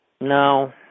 No